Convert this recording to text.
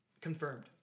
Confirmed